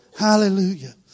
Hallelujah